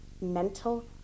mental